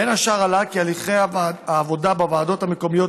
בין השאר עלה כי הליכי העבודה בוועדות המקומיות